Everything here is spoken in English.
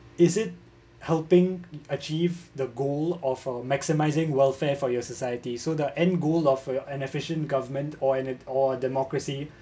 is it helping achieve the goal of a maximising welfare for your society so the end goal of for your an efficient government or an or democracy